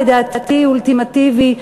לדעתי אולטימטיבי,